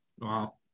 Wow